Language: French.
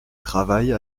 travaille